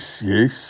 yes